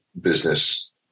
business